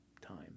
time